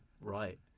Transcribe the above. right